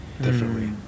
differently